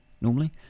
normally